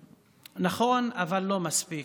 נכון, אבל לא מספיק.